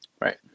Right